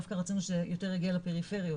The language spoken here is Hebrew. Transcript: דווקא רצינו שיותר יגיעו לפריפריות